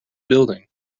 building